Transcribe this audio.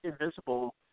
invisible